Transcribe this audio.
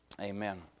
Amen